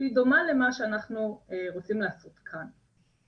שהיא דומה למה שאנחנו רוצים לעשות כאן.